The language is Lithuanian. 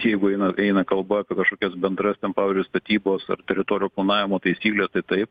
jeigu eina eina kalba apie kažkokios bendras ten pavyzdžiui statybos ar teritorijų planavimo taisykles tai taip